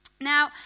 Now